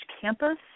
campus